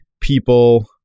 people